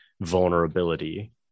vulnerability